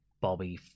Bobby